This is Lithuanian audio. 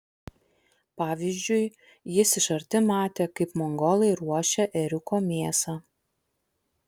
pavyzdžiui jis iš arti matė kaip mongolai ruošia ėriuko mėsą